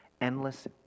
endless